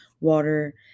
water